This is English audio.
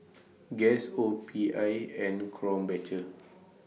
Guess O P I and Krombacher